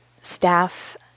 staff